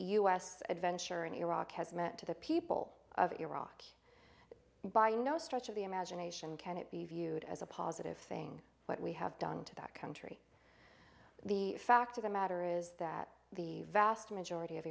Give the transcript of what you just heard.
s adventure in iraq has meant to the people of iraq by no stretch of the imagination can it be viewed as a positive thing what we have done to that country the fact of the matter is that the vast majority of